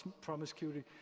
promiscuity